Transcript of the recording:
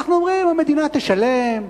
אנחנו אומרים: המדינה תשלם,